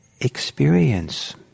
experience